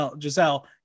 Giselle